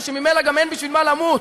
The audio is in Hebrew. ושממילא גם אין בשביל מה למות,